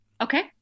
Okay